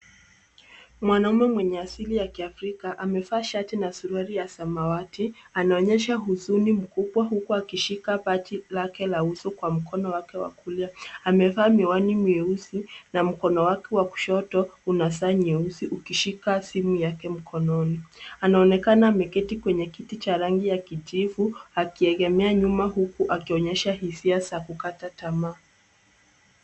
Mwanaume mwenye asili ya Kiafrika amevaa shati na suruali ya samawati anaonyesha huzuni mkubwa huku akishika pati lake la uso kwa mkono wake wa kulia. Amevaa miwani mieusi na mkono wake wa kushoto una saa nyeusi ukishika simu yake mkononi. Anaonekana ameketi kwenye kiti cha rangi ya kijivu akiegemea nyuma huku akionyesha hisia za kukata tamaa.